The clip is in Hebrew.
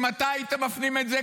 אם אתה היית מפנים את זה,